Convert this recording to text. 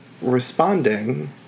responding